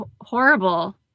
horrible